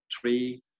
three